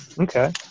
Okay